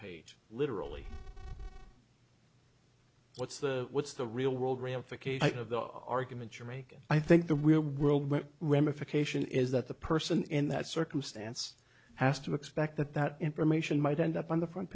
page literally what's the what's the real world ramification of the argument you're making i think the real world where ramification is that the person in that circumstance has to expect that that information might end up on the front